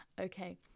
Okay